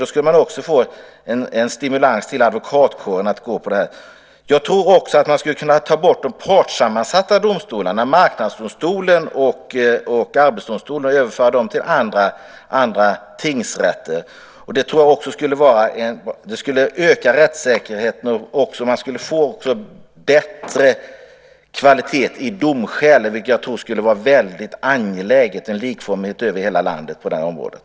Då skulle man även ge en stimulans till advokatkåren att gå på den linjen. Jag tror också att man skulle kunna ta bort de partssammansatta domstolarna - Marknadsdomstolen och Arbetsdomstolen - och överföra de ärendena till tingsrätterna. Det skulle öka rättssäkerheten och man fick bättre kvalitet i domskäl. Det är mycket angeläget att vi får en likformighet på det här området över hela landet.